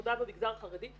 עבודה במגזר החרדי.